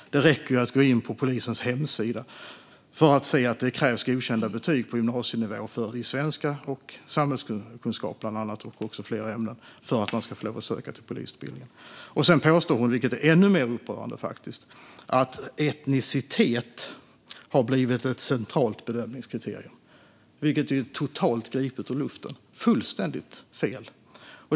Det räcker att gå in på polisens hemsida för att se att det krävs godkända betyg på gymnasienivå i svenska, samhällskunskap och flera andra ämnen för att få söka till polisutbildningen. Sedan påstår hon, vilket faktiskt är ännu mer upprörande, att etnicitet har blivit ett centralt bedömningskriterium, vilket är totalt gripet ur luften - fullständigt fel!